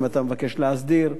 אם אתה מבקש להסדיר,